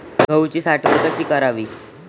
गहूची साठवण कशी करावी?